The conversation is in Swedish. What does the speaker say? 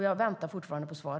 Jag väntar fortfarande på svar.